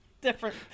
Different